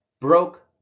broke